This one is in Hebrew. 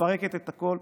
מפרקת את הכול: